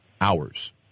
hours